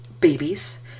babies